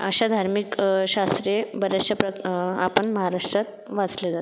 अशा धार्मिक शास्त्रे बऱ्याचशा प्र आपण महाराष्ट्रात वाचल्या जातात